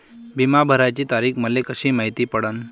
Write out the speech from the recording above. बिमा भराची तारीख मले कशी मायती पडन?